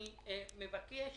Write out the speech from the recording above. אני מבקש